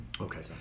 Okay